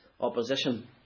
opposition